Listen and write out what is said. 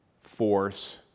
force